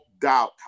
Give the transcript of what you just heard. doubt